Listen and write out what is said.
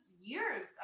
years